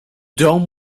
dome